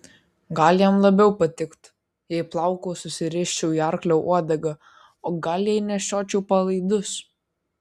gal jam labiau patiktų jei plaukus susiriščiau į arklio uodegą o gal jei nešiočiau palaidus